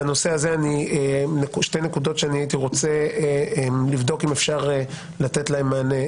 בנושא הזה יש שתי נקודות שהייתי רוצה לבדוק אם אפשר לתת להן מענה.